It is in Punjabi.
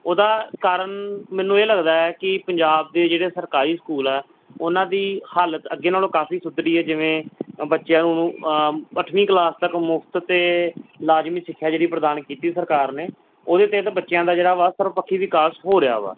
ਉਹਦਾ ਕਾਰਨ ਮੈਨੂੰ ਇਹ ਲੱਗਦਾ ਹੈ ਕਿ ਪੰਜਾਬ ਦੇ ਜਿਹੜੇ ਸਰਕਾਰੀ ਸਕੂਲ ਆ ਉਹਨਾਂ ਦੀ ਹਾਲਤ ਅੱਗੇ ਨਾਲੋਂ ਕਾਫੀ ਸੁਧਰੀ ਹੈ ਜਿਵੇਂ ਅ ਬੱਚਿਆਂ ਨੂੰ ਅੱਠਵੀਂ ਕਲਾਸ ਤੱਕ ਮੁਫ਼ਤ ਅਤੇ ਲਾਜ਼ਮੀ ਸਿੱਖਿਆ ਜਿਹੜੀ ਪ੍ਰਦਾਨ ਕੀਤੀ ਸਰਕਾਰ ਨੇ ਉਹਦੇ 'ਤੇ ਤਾਂ ਬੱਚਿਆਂ ਦਾ ਜਿਹੜਾ ਵਾ ਸਰਬਪੱਖੀ ਵਿਕਾਸ ਹੋ ਰਿਹਾ ਵਾ